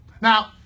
Now